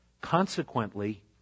consequently